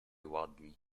ładni